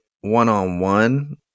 one-on-one